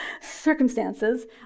circumstances